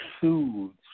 soothes